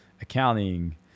accounting